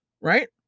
Right